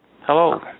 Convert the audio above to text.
Hello